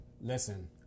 Listen